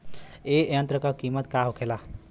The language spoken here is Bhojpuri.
ए यंत्र का कीमत का होखेला?